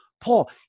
Paul